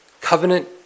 covenant